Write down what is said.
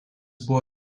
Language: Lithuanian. buvo